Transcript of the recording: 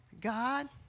God